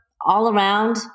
all-around